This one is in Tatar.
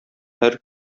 һәр